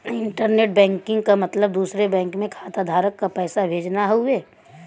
internet banking क मतलब दूसरे बैंक में खाताधारक क पैसा भेजना हउवे